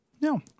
No